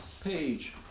Page